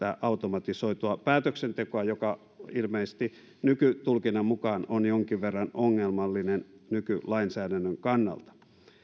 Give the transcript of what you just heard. automatisoitua päätöksentekoa joka ilmeisesti nykytulkinnan mukaan on jonkin verran ongelmallinen nykylainsäädännön kannalta